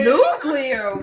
Nuclear